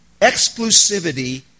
Exclusivity